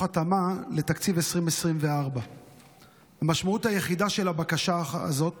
התאמה לתקציב 2024. המשמעות של הבקשה הזאת